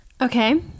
Okay